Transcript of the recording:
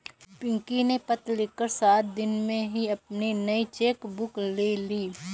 पिंकी ने पत्र लिखकर सात दिन में ही अपनी नयी चेक बुक ले ली